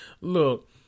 Look